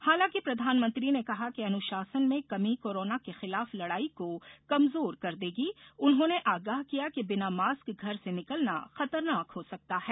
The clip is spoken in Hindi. हालांकि प्रधानमंत्री ने कहा कि अनुशासन में कमी कोरोना के खिलाफ लड़ाई को कमजोर कर देगी उन्होंने आगाह किया कि बिना मास्क घर से निकलना खतरनाक हो सकता है